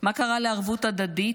מה קרה לערבות ההדדית?